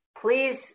Please